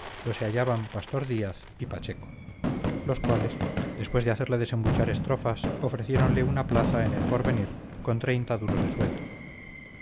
se hallaban pastor díaz y pacheco los cuales después de hacerle desembuchar estrofas ofreciéronle una plaza en el porvenir con treinta duros de sueldo